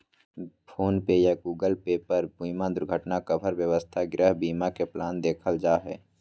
phone पे या Google Pay पर बीमा दुर्घटना कवर, स्वास्थ्य, गृह बीमा के प्लान देखल जा हय